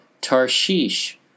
Tarshish